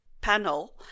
panel